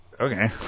okay